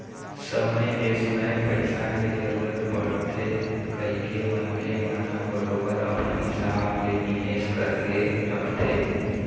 समे बेसमय पइसा के जरूरत परथे कहिके मनखे मन ह बरोबर अपन हिसाब ले निवेश करके रखथे